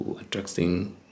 attracting